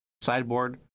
Sideboard